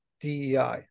DEI